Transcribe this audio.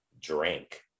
drank